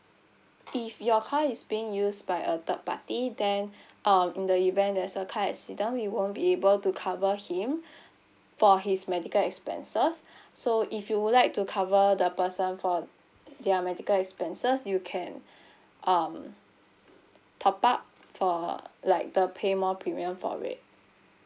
if your car is being use by a third party then uh in the event there's a car accident we won't be able to cover him for his medical expenses so if you would like to cover the person for their medical expenses you can um top up for like the pay more premium for it